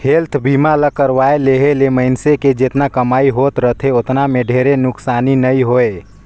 health बीमा ल करवाये लेहे ले मइनसे के जेतना कमई होत रथे ओतना मे ढेरे नुकसानी नइ होय